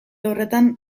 horretan